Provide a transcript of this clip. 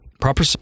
Proper